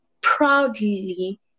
proudly